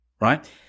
right